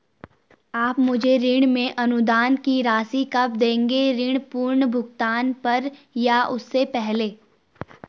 आप मुझे ऋण में अनुदान की राशि कब दोगे ऋण पूर्ण भुगतान पर या उससे पहले?